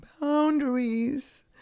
boundaries